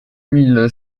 mille